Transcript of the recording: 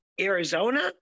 Arizona